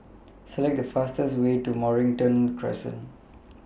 Select The fastest Way to Mornington Crescent